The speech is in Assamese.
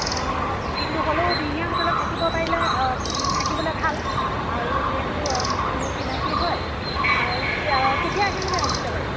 অঁ কিন্তু হ'লেও দিহিঙ্গীয়া হোটেলত থাকিব পাৰিলে থাকিবলৈ ভাল আৰু যিহেতু মোৰ চিনাকি হয় আৰু কি কেতিয়া আহিম বুলি ভাবিছে বাৰু